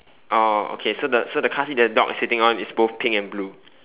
oh okay so the so the car seat the dog is sitting on is both pink and blue